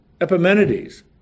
Epimenides